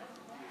כן.